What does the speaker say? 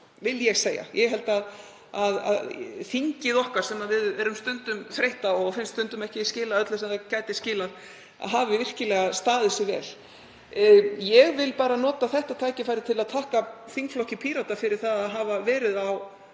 vil ég segja. Ég held að þingið okkar, sem við erum stundum þreytt á og finnst stundum ekki skila öllu sem það gæti skilað, hafi virkilega staðið sig vel. Ég vil nota þetta tækifæri til að þakka þingflokki Pírata fyrir að hafa verið á